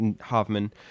Hoffman